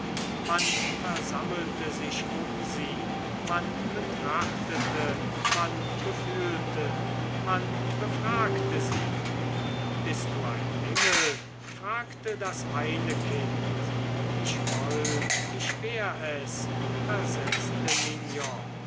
man versammelte sich um sie man betrachtete man befühlte man befragte sie bist du ein engel fragte das eine kind ich wollte ich wär es versetzte mignon